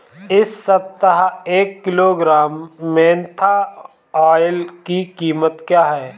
इस सप्ताह एक किलोग्राम मेन्था ऑइल की कीमत क्या है?